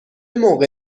موقع